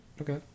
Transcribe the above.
okay